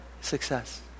Success